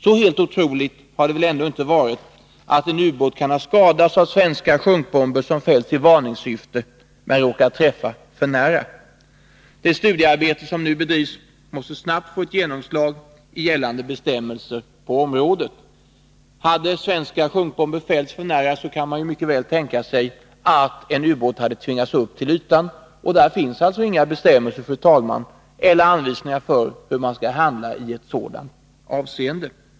Så helt otroligt har det välinte varit att en ubåt kunde ha skadats av svenska sjunkbomber som fällts i varningssyfte men råkat träffa för nära. Det studiearbete som nu bedrivs måste snabbt få ett genomslag i gällande bestämmelser på området. Hade svenska sjunkbomber fällts för nära, kan man mycket väl tänka sig att en ubåt hade tvingats upp till ytan. Det finns alltså inga bestämmelser eller anvisningar för hur man skall handla i en sådan situation.